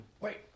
Wait